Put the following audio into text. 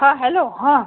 हां हॅलो हां